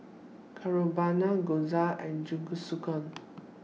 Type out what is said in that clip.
Carbonara Gyoza and Jingisukan